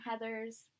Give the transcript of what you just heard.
Heathers